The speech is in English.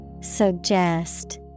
Suggest